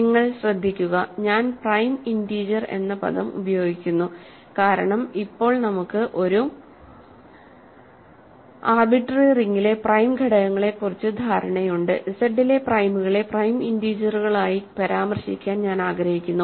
നിങ്ങൾ ശ്രദ്ധിക്കുക ഞാൻ പ്രൈം ഇൻറിജർ എന്ന പദം ഉപയോഗിക്കുന്നു കാരണം ഇപ്പോൾ നമുക്ക് ഒരു ആർബിട്രറി റിങ്ങിലെ പ്രൈം ഘടകങ്ങളെക്കുറിച്ച് ധാരണയുണ്ട് Z ലെ പ്രൈമുകളെ പ്രൈം ഇൻറിജറുകളായി പരാമർശിക്കാൻ ഞാൻ ആഗ്രഹിക്കുന്നു